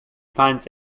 finds